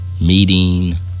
Meeting